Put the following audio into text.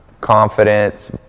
confidence